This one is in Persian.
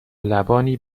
لبانی